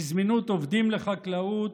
בזמינות עובדים לחקלאות,